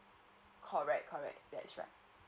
correct correct that's right